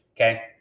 okay